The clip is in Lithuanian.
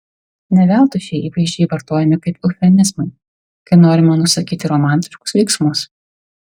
ne veltui šie įvaizdžiai vartojami kaip eufemizmai kai norima nusakyti romantiškus veiksmus